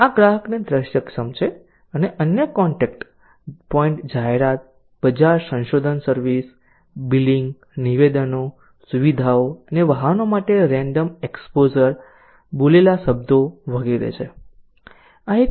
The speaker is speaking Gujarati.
આ ગ્રાહકને દૃશ્યક્ષમ છે અને અન્ય કોન્ટેક્ટ પોઈન્ટ જાહેરાત બજાર સંશોધન સર્વિસ બિલિંગ નિવેદનો સુવિધાઓ અને વાહનો માટે રેન્ડમ એક્સપોઝર બોલેલા શબ્દો વગેરે છે